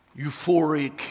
euphoric